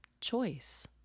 choice